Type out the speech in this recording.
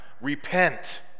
repent